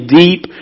deep